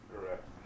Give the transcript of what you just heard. Correct